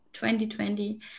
2020